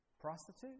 Prostitute